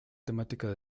temática